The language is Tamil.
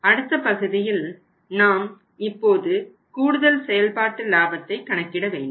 அடுத்த பகுதியில் நாம் இப்போது கூடுதல் செயல்பாட்டு லாபத்தை கணக்கிட வேண்டும்